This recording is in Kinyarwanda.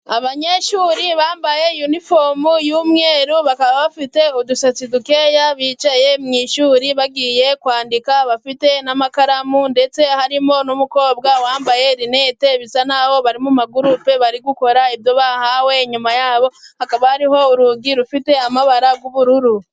Abanyeshuri bambaye iniforumu y'umweru . Bakaba bafite udusatsi dukeya, bicaye mu ishuri bagiye kwandika bafite n'amakaramu ndetse harimo n'umukobwa wambaye rinete bisa n'aho bari mu magurupe bari gukora ibyo bahawe. Inyuma hakaba hariho urugi rufite amabara y'ubururu.